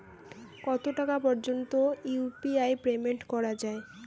কত টাকা পর্যন্ত ইউ.পি.আই পেমেন্ট করা যায়?